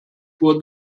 for